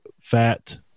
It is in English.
fat